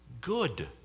Good